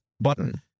button